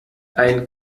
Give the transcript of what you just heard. ein